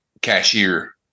cashier